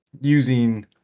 using